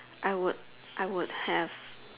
I would I would have